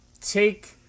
take